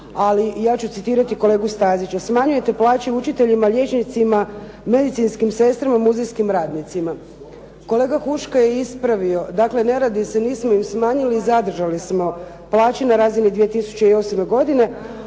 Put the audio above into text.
ali ja ću citirati kolegu Stazića. Smanjujete plaće učiteljima, liječnicima, medicinskim sestrama, muzejskim radnicima. Kolega Huška je ispravio. Dakle, ne radi, nismo im smanjili, zadržali smo plaće na razini 2008. godine.